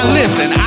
listen